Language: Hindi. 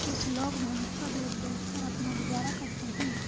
कुछ लोग भैंस का दूध बेचकर अपना गुजारा करते हैं